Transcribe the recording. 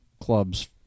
clubs